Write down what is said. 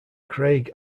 craig